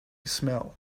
smell